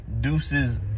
deuce's